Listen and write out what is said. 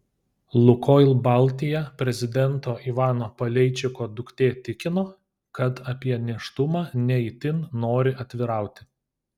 lukoil baltija prezidento ivano paleičiko duktė tikino kad apie nėštumą ne itin nori atvirauti